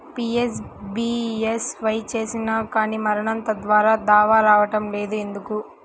PMBSY చేసినా కానీ మరణం తర్వాత దావా రావటం లేదు ఎందుకు?